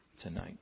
tonight